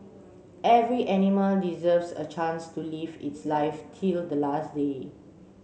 every animal deserves a chance to live its life till the last day